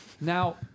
Now